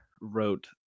wrote